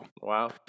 Wow